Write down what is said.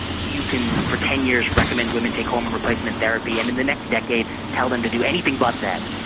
you can for ten years recommend women take hormone replacement therapy, and then the next decade tell them to do anything but that.